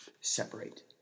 separate